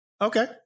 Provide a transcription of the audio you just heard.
Okay